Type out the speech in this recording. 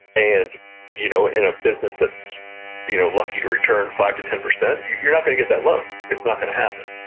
and you know in a business that's you know lucky to return five to ten percent, you're not going to get that loan. it's not going to happen.